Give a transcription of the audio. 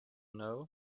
know